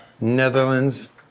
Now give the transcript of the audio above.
Netherlands